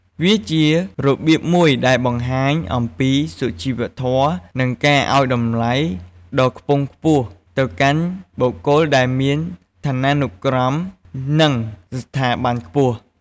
វាជារបៀបមួយដែលបង្ហាញអំពីសុជីវធម៌ និងការអោយតម្លៃដ៏ខ្ពង់ខ្ពស់ទៅកាន់បុគ្គលដែលមានឋានានុក្រម និងស្ថាប័នខ្ពស់។